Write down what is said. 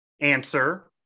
answer